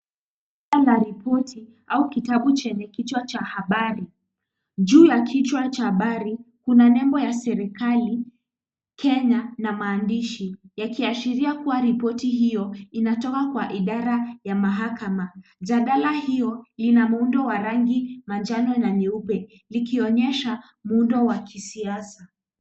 Ripoti au kitabu chenye kichwa cha habari. Juu ya kichwa cha habari kuna nembo ya serikali Kenya na maandishi yakiashiria kua ripoti hiyo inatoka kwa idara ya mahakama. Jadala hiyo ina muundo wa rangi manjano na nyeupe ikionyesha muundo wa kisiasa.